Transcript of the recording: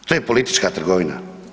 To je politička trgovina.